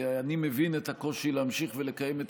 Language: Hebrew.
אני מבין את הקושי להמשיך ולקיים את